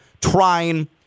trying